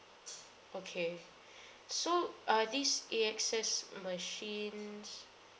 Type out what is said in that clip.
okay so uh these A_X_S machines